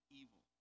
evil